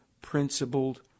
principled